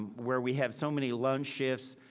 ah where we have so many lunch shifts,